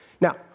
Now